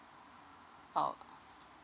oh